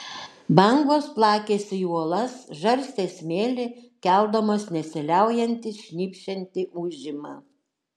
bangos plakėsi į uolas žarstė smėlį keldamos nesiliaujantį šnypščiantį ūžimą